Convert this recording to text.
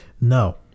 No